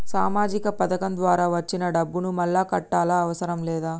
సామాజిక పథకం ద్వారా వచ్చిన డబ్బును మళ్ళా కట్టాలా అవసరం లేదా?